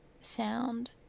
Sound